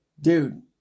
Dude